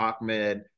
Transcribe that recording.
Ahmed